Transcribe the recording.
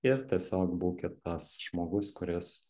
ir tiesiog būkit tas žmogus kuris